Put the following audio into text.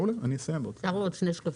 מעולה, אני אסיים בעוד כמה דקות.